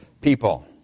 people